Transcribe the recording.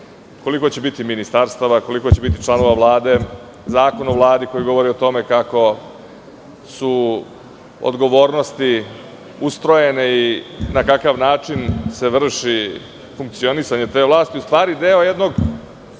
koliko će biti ministarstava, koliko će biti članova Vlade. Zakon o Vladi koji govori o tome kako su odgovornosti ustrojene i na kakav način se vrši funkcionisanje te vlasti u stvari deo jednog